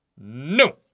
No